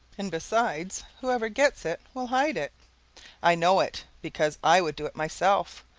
and besides, whoever gets it will hide it i know it because i would do it myself.